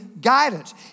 guidance